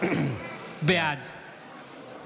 בעד